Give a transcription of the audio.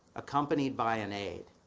accompanied by an eight